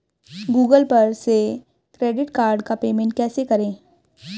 Google पर से credit card का पेमेंट कैसे करें?